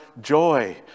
joy